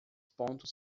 pontos